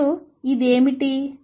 మరియు ఇది ఏమిటి